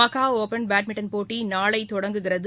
மகாஹ் open badminton போட்டிநாளைதொடங்குகிறது